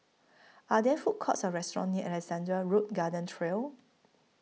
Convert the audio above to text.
Are There Food Courts Or restaurants near Alexandra Road Garden Trail